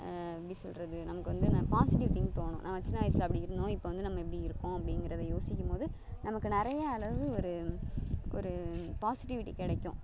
எப்படி சொல்கிறது நமக்கு வந்து என்ன பாசிட்டிவ் திங் தோணும் நம்ம சின்ன வயசில் அப்படி இருந்தோம் இப்போ வந்து நம்ம எப்படி இருக்கோம் அப்படிங்கிறத யோசிக்கும் போது நமக்கு நிறையா அளவு ஒரு ஒரு பாசிட்டிவிட்டி கிடைக்கும்